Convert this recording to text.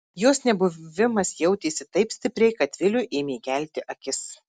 jos nebuvimas jautėsi taip stipriai kad viliui ėmė gelti akis